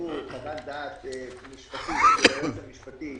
חוות דעת משפטית של היועץ המשפטי